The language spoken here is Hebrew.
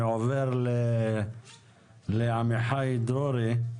אני עובר לעמיחי דרורי,